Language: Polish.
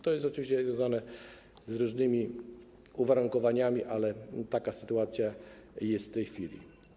To jest oczywiście związane z różnymi uwarunkowaniami, ale taka sytuacja jest w tej chwili.